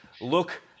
look